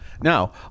now